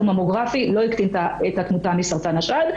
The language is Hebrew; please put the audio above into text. ממוגרפי לא הקטין את התמותה מסרטן השד,